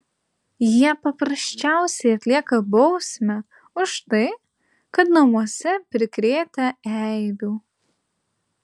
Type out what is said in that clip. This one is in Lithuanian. jie paprasčiausiai atlieka bausmę už tai kad namuose prikrėtę eibių